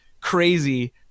Crazy